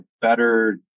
better